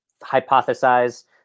hypothesize